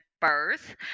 birth